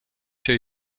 się